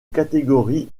catégories